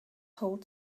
hold